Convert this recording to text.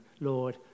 Lord